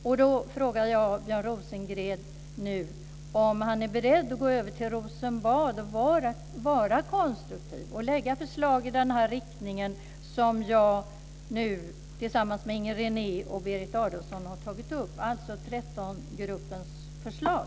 Jag frågar nu Björn Rosengren om han är beredd att gå över till Rosenbad och vara konstruktiv och lägga fram förslag i den här riktningen, som jag tillsammans med Inger René och Berit Adolfsson nu har tagit upp, alltså 13-gruppens förslag.